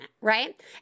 right